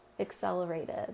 accelerated